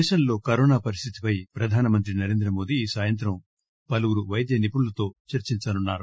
దేశంలో కరోనా పరిస్థితిపై ప్రధానమంత్రి నరేంద్రమోదీ ఈ సాయంత్రం పలువురు వైద్యనిపుణులతో చర్చించనున్నారు